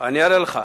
אני אראה לך.